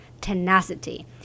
tenacity